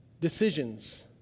Decisions